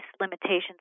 limitations